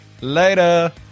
Later